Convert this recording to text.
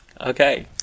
Okay